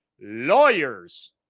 lawyers